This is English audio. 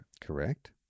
Correct